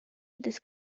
this